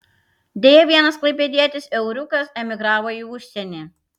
deja vienas klaipėdietis euriukas emigravo į užsienį